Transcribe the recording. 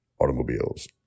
Automobiles